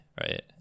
right